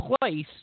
place